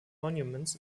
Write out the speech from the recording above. monuments